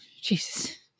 Jesus